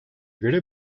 göre